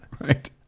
Right